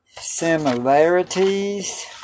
similarities